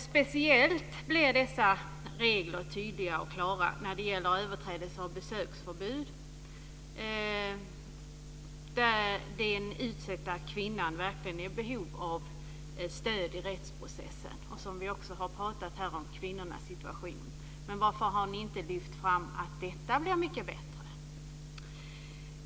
Speciellt blir dessa regler tydliga och klara när det gäller överträdelse av besöksförbud, där den utsatta kvinnan verkligen är i behov av stöd i rättsprocessen, vilket vi också har pratat om. Men varför har ni inte lyft fram att detta blir mycket bättre?